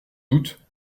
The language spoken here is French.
doute